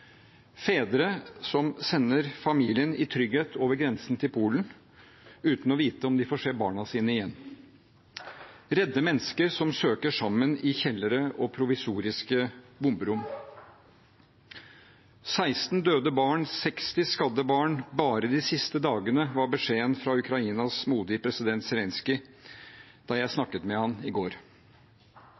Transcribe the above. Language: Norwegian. Fedre sender familien i trygghet over grensen til Polen uten å vite om de får se barna sine igjen. Redde mennesker søker sammen i kjellere og provisoriske bomberom. 16 døde barn og 60 skadde barn bare de siste dagene var beskjeden fra Ukrainas modige president Zelenskyj da jeg snakket med ham i går.